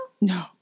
No